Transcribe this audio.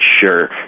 sure